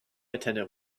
attendant